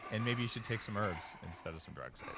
and maybe you should take some herbs instead of some drugs,